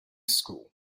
school